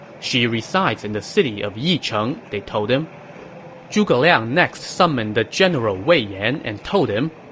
she resides in the city of yicheng, they told him zhuge liang next summoned the general wei yan and told him,